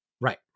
Right